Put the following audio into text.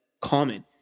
common